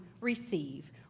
receive